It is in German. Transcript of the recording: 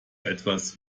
etwas